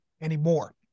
anymore